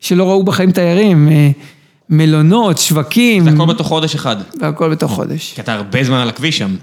שלא ראו בחיים תיירים, מלונות, שווקים. זה הכל בתוך חודש אחד. זה הכל בתוך חודש. כי אתה הרבה זמן על הכביש שם.